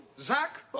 Zach